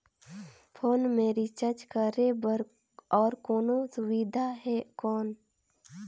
Phone मे recharge करे बर और कोनो सुविधा है कौन?